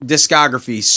Discography